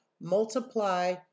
multiply